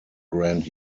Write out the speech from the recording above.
grand